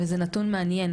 וזה נתון מעניין